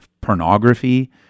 Pornography